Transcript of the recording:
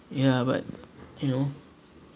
ya but you know